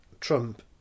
trump